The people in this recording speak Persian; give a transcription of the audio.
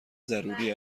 ضروری